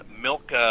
milk